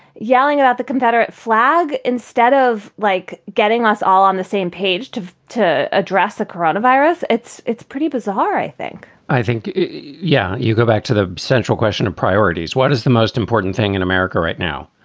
yelling about the confederate flag instead of like getting us all on the same page to to address the coronavirus. it's it's pretty bizarre. i think i think. yeah. you go back to the central question of priorities. what is the most important thing in america right now?